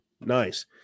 nice